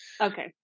okay